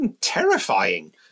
terrifying